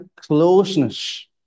closeness